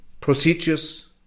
procedures